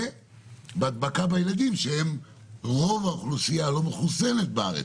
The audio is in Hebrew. ובהדבקה בילדים שהם רוב האוכלוסייה הלא-מחוסנת בארץ,